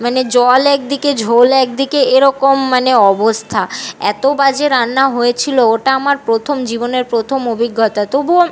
মানে জল একদিকে ঝোল একদিকে এরকম মানে অবস্থা এত বাজে রান্না হয়েছিলো ওটা আমার প্রথম জীবনের প্রথম অভিজ্ঞতা তবুও